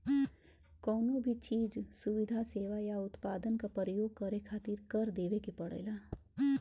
कउनो भी चीज, सुविधा, सेवा या उत्पाद क परयोग करे खातिर कर देवे के पड़ेला